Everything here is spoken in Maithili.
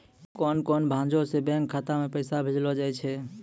कोन कोन भांजो से बैंक खाता मे पैसा भेजलो जाय छै?